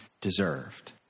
deserved